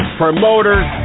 promoters